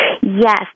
Yes